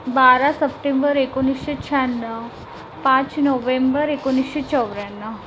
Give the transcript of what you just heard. बारा सप्टेंबर एकोणीसशे शहाण्णव पाच नोवेंबर एकोणीसशे चौऱ्याण्णव